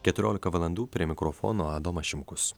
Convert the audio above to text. keturiolika valandų prie mikrofono adomas šimkus